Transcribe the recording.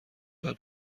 بعد